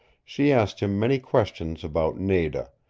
she asked him many questions about nada,